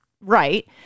right